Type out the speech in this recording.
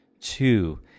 two